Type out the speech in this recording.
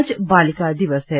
आज बालिका दिवस है